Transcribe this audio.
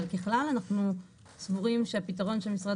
אבל ככלל אנחנו סבורים שהפתרון של המשרד